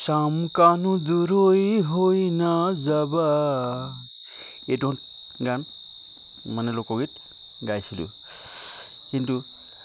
শ্যামকানু দূৰৈ হৈ নাযাবা এইটো গান মানে লোকগীত গাইছিলোঁ কিন্তু